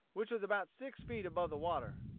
which was about six feet above the water.